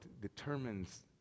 determines